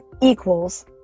equals